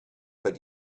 but